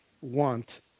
want